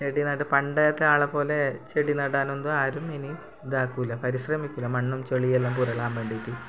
ചെടി നാട് പണ്ടത്തെ ആളെപ്പോലെ ചെടി നടാനൊന്നും ആരും ഇനി ഇതാക്കൂല്ല പരിസരം വെക്കൂല്ല മണ്ണും ചെളിയെല്ലാം പുരളാൻ വേണ്ടീട്ട്